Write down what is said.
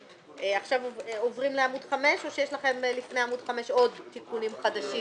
עכשיו עוברים לעמוד 5 או שיש לכם עוד תיקונים חדשים?